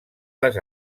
les